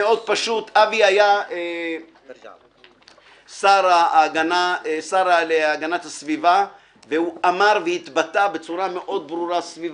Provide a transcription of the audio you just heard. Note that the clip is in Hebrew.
אבי היה השר להגנת הסביבה והוא אמר והתבטא בצורה מאוד ברורה סביב